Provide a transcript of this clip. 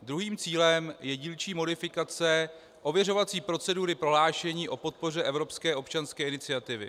Druhým cílem je dílčí modifikace ověřovací procedury prohlášení o podpoře evropské občanské iniciativy.